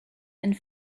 and